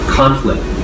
conflict